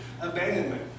abandonment